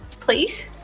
Please